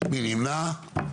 מי נמנע?